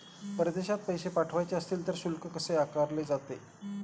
परदेशात पैसे पाठवायचे असतील तर शुल्क कसे आकारले जाते?